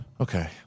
okay